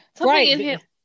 right